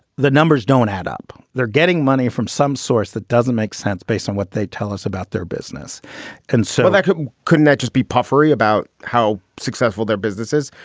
the numbers don't add up. they're getting money from some source. that doesn't make sense based on what they tell us about their business and so they couldn't couldn't that just be puffery about how successful their businesses.